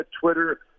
Twitter